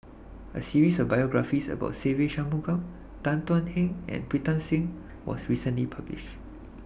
A series of biographies about Se Ve Shanmugam Tan Thuan Heng and Pritam Singh was recently published